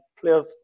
player's